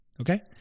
okay